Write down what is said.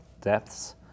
depths